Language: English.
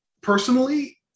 Personally